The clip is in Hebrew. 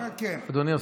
אדוני השר,